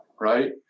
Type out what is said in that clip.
right